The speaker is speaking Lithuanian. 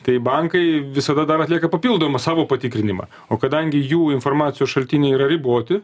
tai bankai visada dar atlieka papildomą savo patikrinimą o kadangi jų informacijos šaltiniai yra riboti